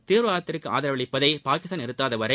தீவிரவாதத்திற்கு ஆதரவளிப்பதை பாகிஸ்தான் நிறுத்தாதவரை